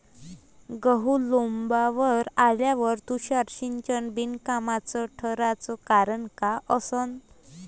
गहू लोम्बावर आल्यावर तुषार सिंचन बिनकामाचं ठराचं कारन का असन?